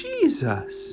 Jesus